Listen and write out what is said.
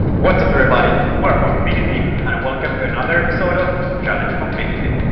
what's up everybody! we are pongfinity and welcome to another episode of challenge pongfinity!